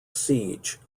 siege